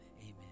amen